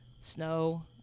snow